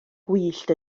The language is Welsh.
gwyllt